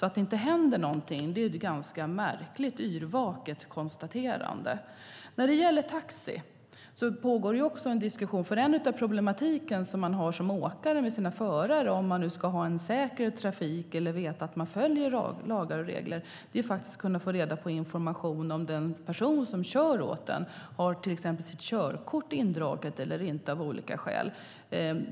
Att det inte händer någonting är därför ett ganska märkligt, yrvaket, konstaterande. När det gäller taxi pågår en diskussion. En del av problematiken som åkare har består i de förare som finns. Om man ska ha en säker trafik eller veta att man följer lagar och regler måste man kunna få information om den person som kör åt en, om den personen till exempel fått sitt körkort indraget av olika skäl.